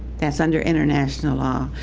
that's under international law,